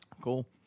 cool